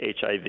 HIV